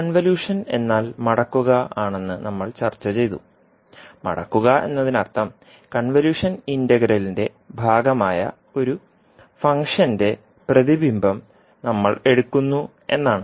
convolution എന്നാൽ മടക്കുക ആണെന്ന് നമ്മൾ ചർച്ചചെയ്തു മടക്കുക എന്നതിനർത്ഥം കൺവല്യൂഷൻ ഇന്റഗ്രലിന്റെ ഭാഗമായ ഒരു ഫംഗ്ഷന്റെ പ്രതിബിംബം നമ്മൾ എടുക്കുന്നു എന്നാണ്